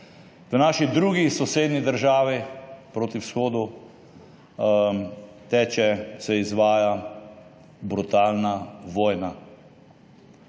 V naši drugi sosednji državi proti vzhodu teče, se izvaja brutalna vojna.